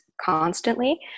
constantly